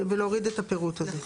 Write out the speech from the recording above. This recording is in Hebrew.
ולהוריד את הפירוט הזה.